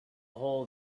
hole